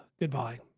goodbye